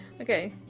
okay,